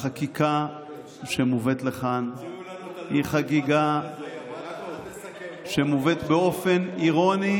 החקיקה שמובאת לכאן היא חקיקה שמובאת באופן אירוני